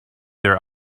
their